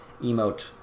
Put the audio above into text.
emote